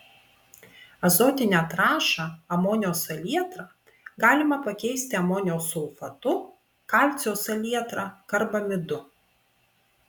azotinę trąšą amonio salietrą galima pakeisti amonio sulfatu kalcio salietra karbamidu